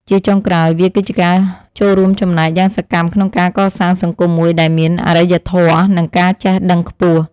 ជាចុងក្រោយ វាគឺជាការចូលរួមចំណែកយ៉ាងសកម្មក្នុងការកសាងសង្គមមួយដែលមានអារ្យធម៌ និងការចេះដឹងខ្ពស់។